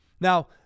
Now